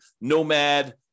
nomad